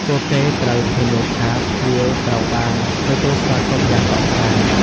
ពួកគេត្រូវធានាថាភ្ញៀវត្រូវបានទទួលស្វាគមន៍យ៉ាងកក់ក្តៅ។